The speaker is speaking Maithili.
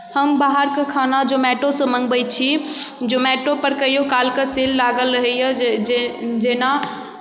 हम बाहरके खाना जोमैटोसँ मंगबै छी जोमैटोपर कहिओ कालके सेल लागल रहैए जे जे जेना